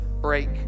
break